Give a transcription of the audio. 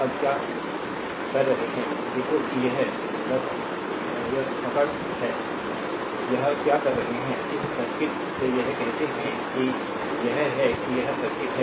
अब क्या कर रहे हैं देखो कि एक your बस पर पकड़ है यह क्या कर रहे हैं कि इस सर्किट से यह कहते हैं कि यह है कि यह सर्किट है